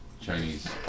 Chinese